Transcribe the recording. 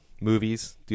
movies